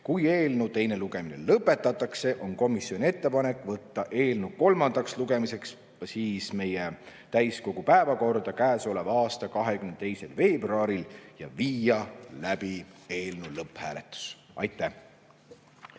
Kui eelnõu teine lugemine lõpetatakse, on komisjoni ettepanek võtta eelnõu kolmandaks lugemiseks täiskogu päevakorda käesoleva aasta 22. veebruaril ja viia läbi eelnõu lõpphääletus. Aitäh!